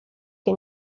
que